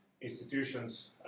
institutions